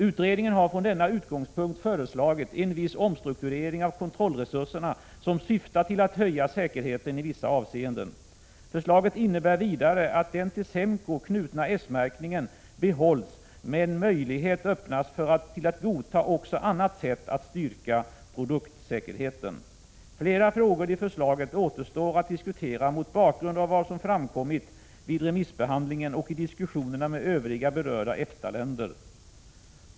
Utredningen har från denna utgångspunkt föreslagit en viss omstrukturering av kontrollresurserna som syftar till att höja säkerheten i vissa avseenden. Förslaget innebär vidare att den till SEMKO knutna S-märkningen behålls men möjlighet öppnas till att godta också annat sätt att styrka produktsäkerheten. Flera frågor i förslaget återstår att diskutera mot bakgrund av vad som framkommit vid remissbehandlingen och i diskussionerna med övriga berörda EFTA-länder.